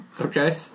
Okay